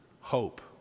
hope